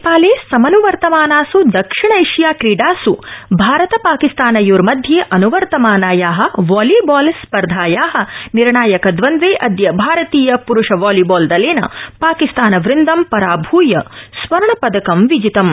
नेपाले नेपाले समन्वर्तमानास् दक्षिणैशिया क्रीडास् भारत पाकिस्तानयोर्मध्ये अन्वर्तमानाया वॉलीबॉल स्पर्धाया निर्णाचकद्वन्द्वे अद्य भारतीय पुरूष वॉलीबॉल दलेन पाकिस्तानवृन्दं पराभूय स्वर्णपदकं विजितम्